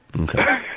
Okay